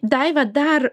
daiva dar